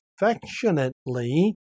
affectionately